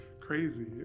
crazy